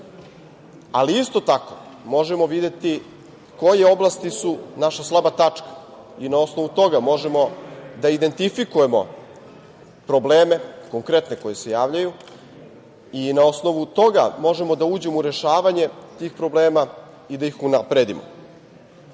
ali isto tako možemo videti koje oblasti su naša slaba tačka i na osnovu toga možemo da identifikujemo probleme konkretne koji se javljaju i na osnovu toga možemo da uđemo u rešavanje tih problema i da ih unapredimo.I